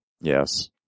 yes